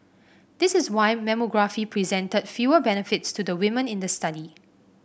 this was why mammography presented fewer benefits to the women in the study